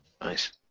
Nice